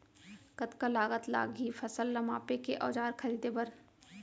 कतका लागत लागही फसल ला मापे के औज़ार खरीदे बर?